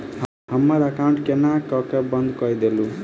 हमरा एकाउंट केँ केल बंद कऽ देलु?